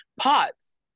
pots